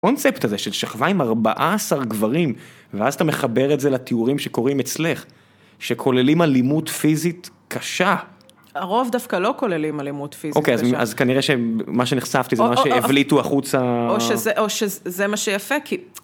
הקונספט הזה של שכבה עם 14 גברים, ואז אתה מחבר את זה לתיאורים שקוראים אצלך, שכוללים אלימות פיזית קשה. הרוב דווקא לא כוללים אלימות פיזית קשה. אוקיי, אז כנראה שמה שנחשפתי זה מה שהבליטו החוצה... או שזה מה שיפה, כי...